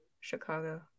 Chicago